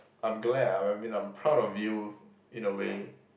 I'm glad I mean I'm proud of you in a way